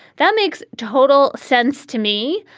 that makes total sense to me.